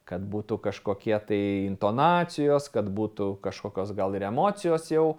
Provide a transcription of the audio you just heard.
kad būtų kažkokie tai intonacijos kad būtų kažkokios gal ir emocijos jau